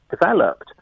developed